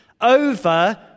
over